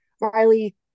Riley